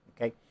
okay